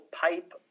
pipe